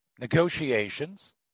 negotiations